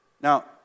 Now